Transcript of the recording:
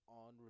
on